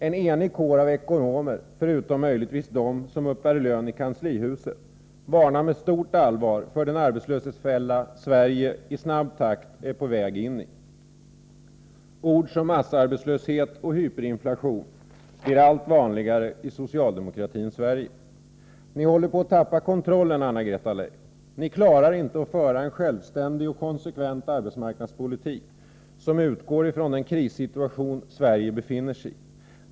En enig kår av ekonomer, förutom möjligtvis de som uppbär lön i kanslihuset, varnar med stort allvar för den arbetslöshetsfälla Sverige i snabb takt är på väg in i. Ord som massarbetslöshet och hyperinflation blir allt vanligare i socialdemokratins Sverige. Ni håller på att tappa kontrollen, Anna-Greta Leijon, och klarar inte att föra en självständig och konsekvent arbetsmarknadspolitik, som utgår från den krissituation Sverige befinner sig i.